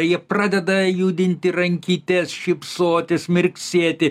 jie pradeda judinti rankytes šypsotis mirksėti